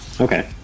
Okay